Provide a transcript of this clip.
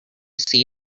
see